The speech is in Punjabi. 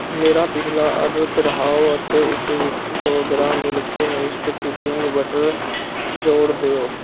ਮੇਰਾ ਪਿਛਲਾ ਆਰਡਰ ਦੁਹਰਾਓ ਅਤੇ ਇਸ ਵਿੱਚ ਸੌ gram Milky Mist cooking butter ਜੋੜ ਦਿਓ